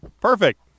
Perfect